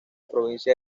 provincia